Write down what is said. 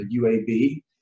UAB